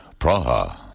Praha